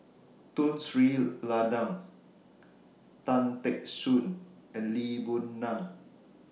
Tun Sri Lanang Tan Teck Soon and Lee Boon Ngan